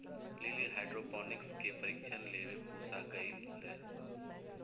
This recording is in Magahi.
लिली हाइड्रोपोनिक्स के प्रशिक्षण लेवे पूसा गईलय